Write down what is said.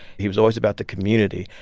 he was always about the community.